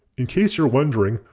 in case you're wondering,